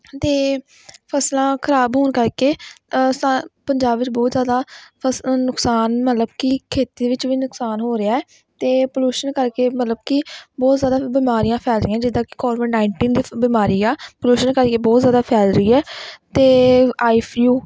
ਅਤੇ ਫ਼ਸਲਾਂ ਖ਼ਰਾਬ ਹੋਣ ਕਰਕੇ ਸਾ ਪੰਜਾਬ ਵਿੱਚ ਬਹੁਤ ਜ਼ਿਆਦਾ ਫਸ ਨੁਕਸਾਨ ਮਤਲਬ ਕਿ ਖੇਤੀ ਦੇ ਵਿੱਚ ਵੀ ਨੁਕਸਾਨ ਹੋ ਰਿਹਾ ਅਤੇ ਪਲਿਊਸ਼ਨ ਕਰਕੇ ਵੀ ਮਤਲਬ ਕਿ ਬਹੁਤ ਜ਼ਿਆਦਾ ਬਿਮਾਰੀਆਂ ਫੈਲ ਰਹੀਆਂ ਜਿੱਦਾਂ ਕਿ ਕੋਵਿਡ ਨਾਈਨਟੀਨ ਦੀ ਬਿਮਾਰੀ ਆ ਪਲਿਊਸ਼ਨ ਕਰਕੇ ਬਹੁਤ ਜ਼ਿਆਦਾ ਫੈਲ ਰਹੀ ਹੈ ਅ ਆਈਫਲੂ